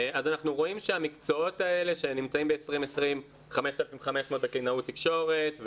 אז אנחנו רואים שהמקצועות האלה שנמצאים ב-2020 5,500 בקלינאות תקשורת,